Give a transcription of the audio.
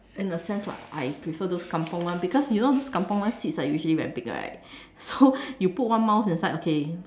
in a sense lah I prefer those kampung one because you know those kampung one seeds are usually very big right so you put one mouth inside okay